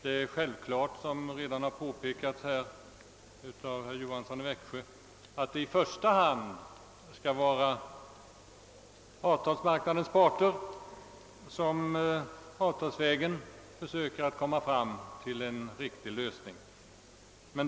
Det är självklart, såsom redan har påpekats av herr Johansson i Växjö, att det i första hand bör vara arbetsmarknadens parter som avtalsvägen söker komma fram till en riktig lösning av dessa problem.